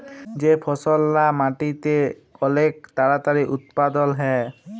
যে ফসললা মাটিতে অলেক তাড়াতাড়ি উৎপাদল হ্যয়